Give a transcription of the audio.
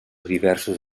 diversos